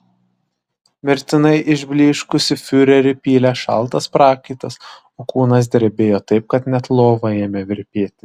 mirtinai išblyškusį fiurerį pylė šaltas prakaitas o kūnas drebėjo taip kad net lova ėmė virpėti